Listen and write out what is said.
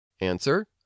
Answer